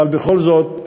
אבל בכל זאת,